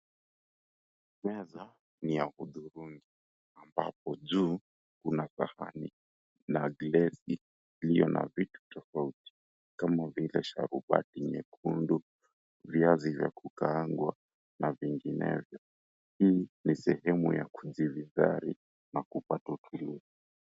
Meza ni ya hudhurungi ambapo juu kuna sahani la glesi iliyo na vitu tofauti kama vile sharubati nyekundu, viazi vya kukaangwa na vinginevyo. Hii ni sehemu ya kujivinjari na kupata utulivu.